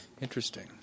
Interesting